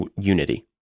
unity